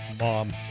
mom